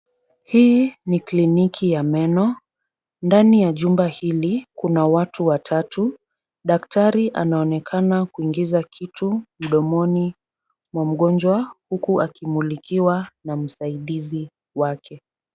Hii ni kliniki ya meno. Ndani ya jumba hili kuna watu watatu. Daktari anaonekana kuingiza kitu mdomoni mwa mgonjwa huku akimulikiwa na msaidizi wake.